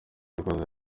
ikozwe